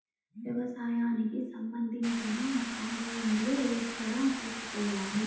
వ్యవసాయానికి సంబంధించిన సామాన్లు ఎక్కడ తీసుకోవాలి?